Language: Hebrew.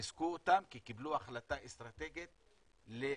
ריסקו אותם כי קיבלו החלטה אסטרטגית לרסק.